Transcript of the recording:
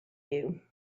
you